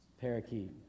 parakeet